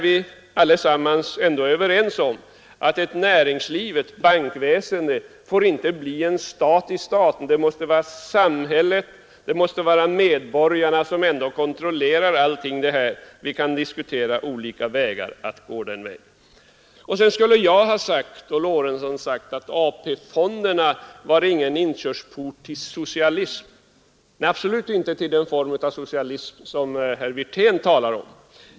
Vi var överens om att bankväsendet eller näringslivet i dess helhet inte får bli en stat i staten utan att samhället och medborgarna måste ha kontroll över verksamheten. Vi kan diskutera olika metoder för att åstadkomma den kontrollen. Vidare skulle herr Lorentzon och jag ha sagt att AP-fonderna inte var någon inkörsport till socialism. Nej, absolut inte till den form av socialism som herr Wirtén talar om.